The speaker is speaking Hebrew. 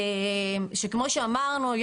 שכמו שאמרנו,